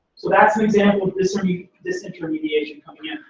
so that's an example of disintermediation coming in.